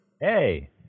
Hey